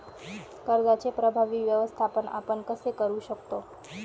कर्जाचे प्रभावी व्यवस्थापन आपण कसे करु शकतो?